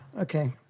Okay